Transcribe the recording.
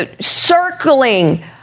circling